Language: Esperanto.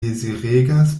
deziregas